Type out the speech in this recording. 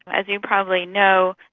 as you probably know,